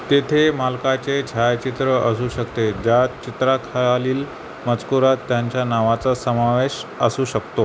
तेथे मालकाचे छायाचित्र असू शकते ज्यात चित्राखालील मजकुरात त्यांच्या नावाचा समावेश असू शकतो